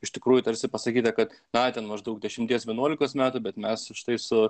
iš tikrųjų tarsi pasakyta kad na ten maždaug dešimties vienuolikos metų bet mes štai su